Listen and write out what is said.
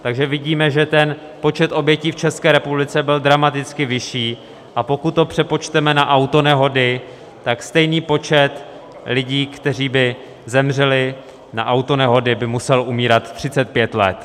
Takže vidíme, že počet obětí v České republice byl dramaticky vyšší, a pokud to přepočteme na autonehody, tak stejný počet lidí, kteří by zemřeli na autonehody, by musel umírat 35 let.